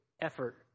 effort